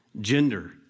gender